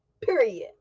period